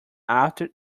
after